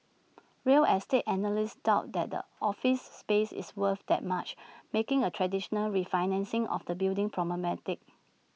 real estate analysts doubt that the office space is worth that much making A traditional refinancing of the building problematic